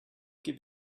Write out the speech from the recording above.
give